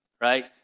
right